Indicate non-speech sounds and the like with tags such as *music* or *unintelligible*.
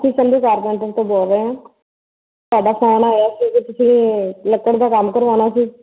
ਅਸੀਂ *unintelligible* ਕਾਰਪੈਂਟਰ ਬੋਲ ਰਹੇ ਹਾਂ ਤੁਹਾਡਾ ਫੋਨ ਆਇਆ ਕਿ ਤੁਸੀਂ ਲੱਕੜ ਦਾ ਕੰਮ ਕਰਵਾਉਣਾ ਸੀ